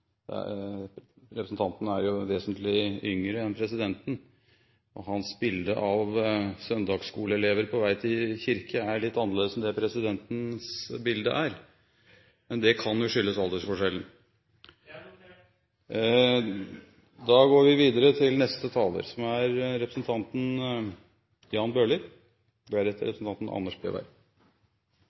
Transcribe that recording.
de forslagene han refererte til. Ærede representant: Jeg må si at representanten er vesentlig yngre enn presidenten, og hans bilde av søndagsskoleelever på vei til kirke er litt annerledes enn presidentens bilde er. Men det kan jo skyldes aldersforskjellen. Det er riktig, som saksordføreren var inne på, at i denne saken om MC-kriminalitet har vi